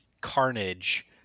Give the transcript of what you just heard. Carnage